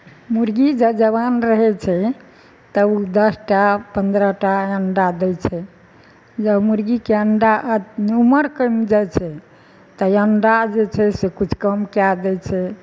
मुर्गी जऽ जवान रहै छै तऽ ओ दस टा पन्द्रह टा अंडा दै छै जब मुर्गीके अंडा ऊमर कैम जाइ छै तऽ अंडा जे छै से कुछ कम कए दै छै